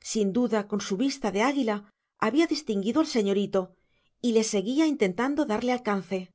sin duda con su vista de águila había distinguido al señorito y le seguía intentando darle alcance